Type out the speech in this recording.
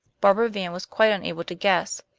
barbara vane was quite unable to guess.